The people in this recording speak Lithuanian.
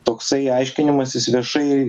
toksai aiškinimasis viešai